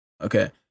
Okay